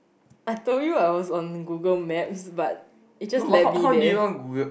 I told you I was on Google maps but it just leavy there